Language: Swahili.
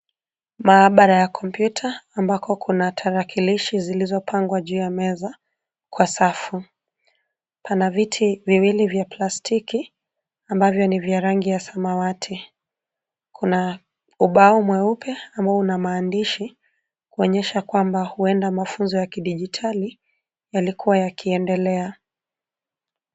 Maabara ya kompyuta ambako kuna tarakilishi zilizopangwa juu ya meza kwa safu. Pana viti viwili vya plastiki ambavyo ni vya rangi ya samawati. Kuna ubao mweupe amabo una maandishi kuonyesha kwamba mafunzo ya kidijitali yalikuwa yakiendelea.